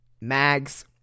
Mags